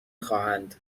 خواهند